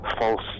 false